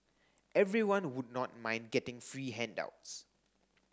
everyone would not mind getting free handouts